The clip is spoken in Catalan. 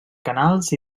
canals